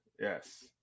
Yes